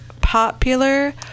popular